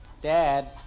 Dad